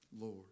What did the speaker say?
Lord